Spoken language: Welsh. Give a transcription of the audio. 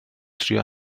trio